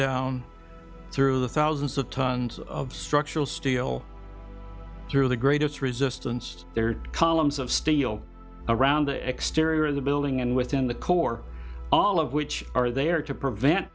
down through the thousands of tons of structural steel through the greatest resistance there columns of steel around the exterior of the building and within the core all of which are there to prevent